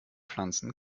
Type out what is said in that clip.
pflanzen